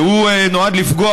והוא נועד לפגוע,